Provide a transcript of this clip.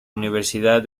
universidad